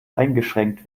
eingeschränkt